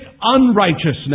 unrighteousness